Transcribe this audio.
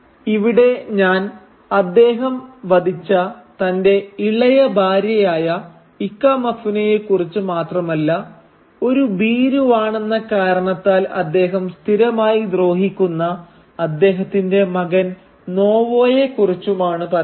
ഇവിടെ ഞാൻ അദ്ദേഹം വധിച്ച തന്റെ ഇളയ ഭാര്യയായ ഇക്കമെഫുനയെ കുറിച്ച് മാത്രമല്ല ഒരു ഭീരുവാണെന്ന കാരണത്താൽ അദ്ദേഹം സ്ഥിരമായി ദ്രോഹിക്കുന്ന അദ്ദേഹത്തിന്റെ മകൻ നോവോയെ കുറിച്ചുമാണ് പറയുന്നത്